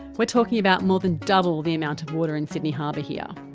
we're talking about more than double the amount of water in sydney harbour here.